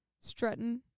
strutting